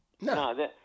No